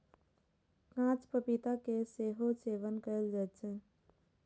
कांच पपीता के सेहो सेवन कैल जाइ छै